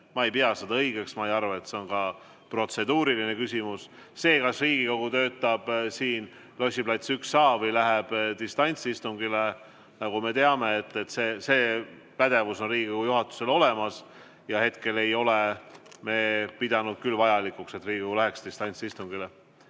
Ma ei pea seda õigeks, ma ei arva, et see on ka protseduuriline küsimus. Pädevus otsustada, kas Riigikogu töötab siin Lossi plats 1A või läheb distantsistungile, on, nagu me teame, Riigikogu juhatusel olemas ja hetkel ei ole me pidanud küll vajalikuks, et Riigikogu läheks distantsistungile.